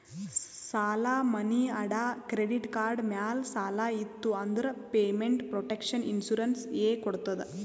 ಸಾಲಾ, ಮನಿ ಅಡಾ, ಕ್ರೆಡಿಟ್ ಕಾರ್ಡ್ ಮ್ಯಾಲ ಸಾಲ ಇತ್ತು ಅಂದುರ್ ಪೇಮೆಂಟ್ ಪ್ರೊಟೆಕ್ಷನ್ ಇನ್ಸೂರೆನ್ಸ್ ಎ ಕೊಡ್ತುದ್